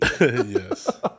Yes